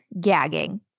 gagging